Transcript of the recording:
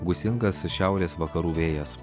gūsingas šiaurės vakarų vėjas